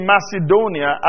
Macedonia